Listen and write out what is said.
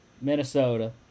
Minnesota